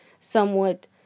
somewhat